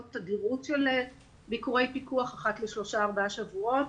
תדירות של ביקורי פיקוח אחת לשלושה-ארבעה שבועות